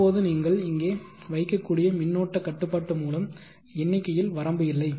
இப்போது நீங்கள் இங்கே வைக்கக்கூடிய மின்னோட்ட கட்டுப்பாட்டு மூலம் எண்ணிக்கையில் வரம்பு இல்லை